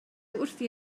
wrthi